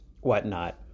whatnot